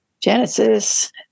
Genesis